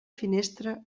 finestra